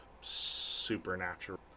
supernatural